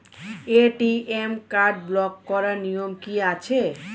ATM card block করার নিয়ম কি আছে?